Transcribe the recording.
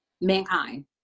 mankind